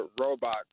robot